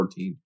2014